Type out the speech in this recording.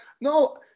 No